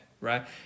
right